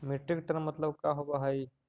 Metric tonne मतलब का होव हइ?